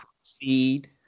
proceed